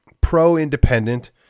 pro-independent